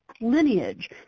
lineage